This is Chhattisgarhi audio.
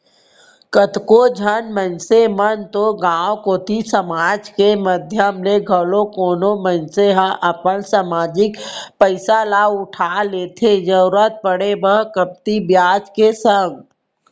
कतको झन मनसे मन तो गांव कोती समाज के माधियम ले घलौ कोनो मनसे ह अपन समाजिक पइसा ल उठा लेथे जरुरत पड़े म कमती बियाज के संग